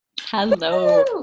Hello